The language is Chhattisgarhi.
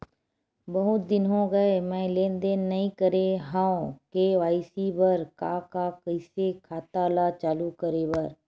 बहुत दिन हो गए मैं लेनदेन नई करे हाव के.वाई.सी बर का का कइसे खाता ला चालू करेबर?